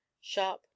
Sharp